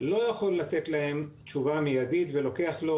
לא יכול לתת להם תשובה מיידית ולוקח לו